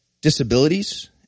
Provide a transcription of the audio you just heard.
disabilities